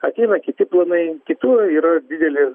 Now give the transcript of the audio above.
ateina kiti planai kitų yra dideli